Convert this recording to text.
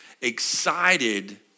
excited